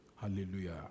Hallelujah